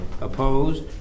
Opposed